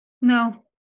no